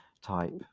type